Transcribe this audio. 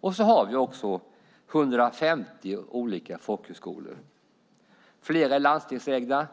Vi har också 150 olika folkhögskolor. Flera är landstingsägda,